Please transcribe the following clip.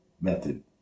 method